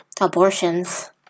Abortions